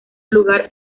lugar